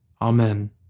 Amen